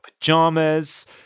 pajamas